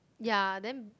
ya then